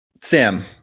Sam